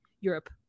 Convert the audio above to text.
europe